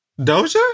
Doja